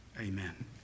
Amen